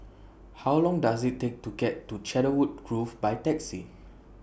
How Long Does IT Take to get to Cedarwood Grove By Taxi